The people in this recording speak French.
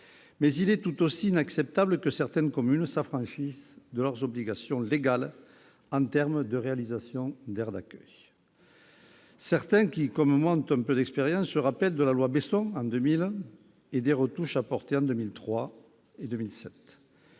Mais il est tout aussi inacceptable que certaines communes s'affranchissent de leurs obligations légales en termes de réalisation d'aires d'accueil. Ceux qui, comme moi, ont un peu d'expérience se souviennent de la loi Besson de 2000, et des retouches qui y ont été apportées en 2003 et en 2007.